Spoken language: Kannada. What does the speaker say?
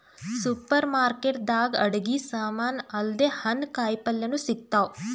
ಸೂಪರ್ ಮಾರ್ಕೆಟ್ ದಾಗ್ ಅಡಗಿ ಸಮಾನ್ ಅಲ್ದೆ ಹಣ್ಣ್ ಕಾಯಿಪಲ್ಯನು ಸಿಗ್ತಾವ್